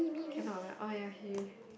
cannot lah oh ya okay you